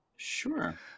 sure